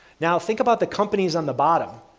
now, think about the companies on the bottom.